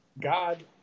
God